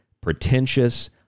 pretentious